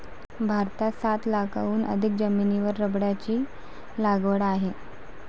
भारतात सात लाखांहून अधिक जमिनीवर रबराची लागवड आहे